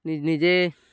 নিজে